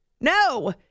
No